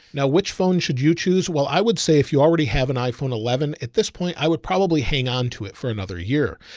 now, which phone should you choose? well, i would say if you already have an iphone eleven at this point, i would probably hang on to it for another year.